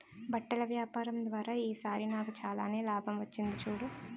బట్టల వ్యాపారం ద్వారా ఈ సారి నాకు చాలానే లాభం వచ్చింది చూడు